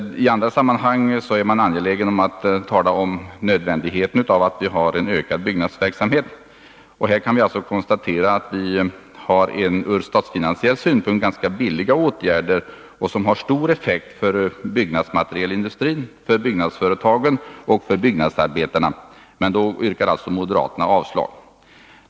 I andra sammanhang är moderaterna angelägna om att tala om nödvändigheten av att vi har en ökande byggnadsverksamhet. I detta fall kan vi konstatera att vi ur statsfinansiell synpunkt har ganska billiga åtgärder som har stor effekt för byggnadsmaterialindustrin, för byggnadsföretagen och för byggnadsarbetarna. Men i detta fall yrkar alltså moderaterna avslag.